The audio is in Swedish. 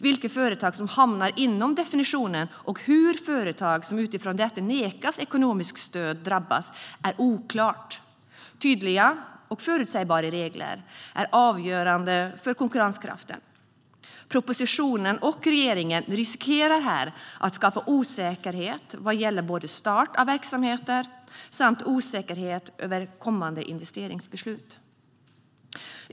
Vilka företag som hamnar inom definitionen och hur det drabbar företag som utifrån detta nekas ekonomiskt stöd är oklart. Tydliga och förutsägbara regler är avgörande för konkurrenskraften. Propositionen och regeringen riskerar att skapa osäkerhet vad gäller start av verksamheter samt osäkerhet över kommande investeringsbeslut.